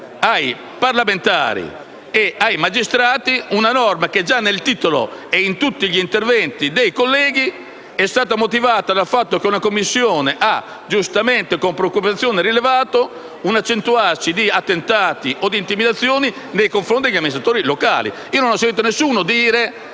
ai parlamentari e ai magistrati una norma che già nel titolo e in tutti gli interventi dei colleghi è stata motivata dal fatto che una Commissione d'inchiesta ha giustamente rilevato con preoccupazione l'accentuarsi di attentati e intimidazioni nei confronti degli amministratori locali. Non ho sentito nessuno dire